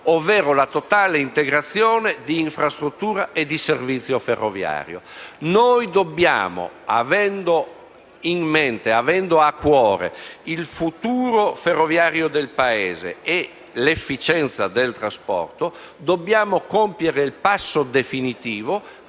ovvero la totale integrazione di infrastruttura e di servizio ferroviario. Noi, avendo a cuore il futuro ferroviario del Paese e l'efficienza del trasporto, dobbiamo compiere il passo definitivo